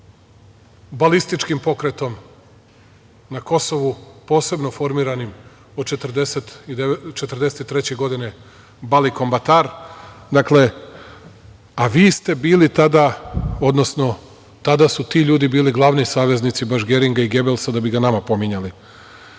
balističkim pokretom na Kosovu, posebno formiranim od 1943. godine, Balikom Batar. Dakle, a vi ste bili tada, odnosno tada su ti ljudi bili glavni saveznici, baš Geringa i Gebelsa, da bi ga nama pominjali. Da